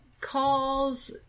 calls